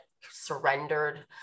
surrendered